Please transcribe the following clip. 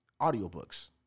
Audiobooks